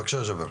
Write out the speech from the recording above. בבקשה, ג'אבר.